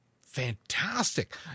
fantastic